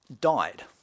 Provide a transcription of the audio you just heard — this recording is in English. died